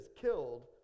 killed